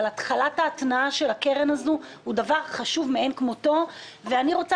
התחלת ההתנעה של קרן זו היא דבר חשוב מאין כמותו ואני רוצה